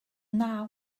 naw